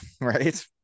right